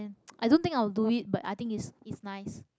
I don't think I will do it but I think it's it's nice